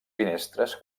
finestres